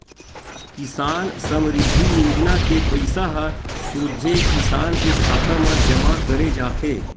किसान समरिद्धि योजना के पइसा ह सोझे किसान के खाता म जमा करे जाथे